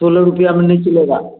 सोलह रुपया में नहीं चलेगा